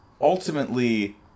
ultimately